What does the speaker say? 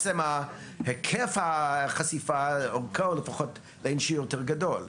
היקף החשיפה או אורכו בשיעור יותר גדול.